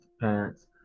parents